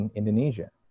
Indonesia